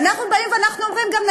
ואנחנו אומרים גם,